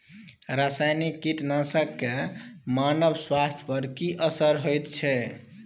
रसायनिक कीटनासक के मानव स्वास्थ्य पर की असर होयत छै?